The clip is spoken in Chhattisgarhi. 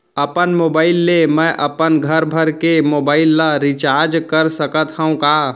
अपन मोबाइल ले मैं अपन घरभर के मोबाइल ला रिचार्ज कर सकत हव का?